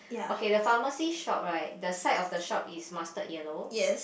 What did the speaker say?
okay the pharmacy shop right the side of the shop is mustard yellow